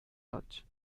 lodge